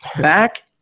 back